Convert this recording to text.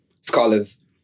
scholars